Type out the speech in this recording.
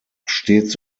stets